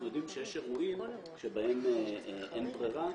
אנחנו יודעים שיש אירועים שבהם אין ברירה,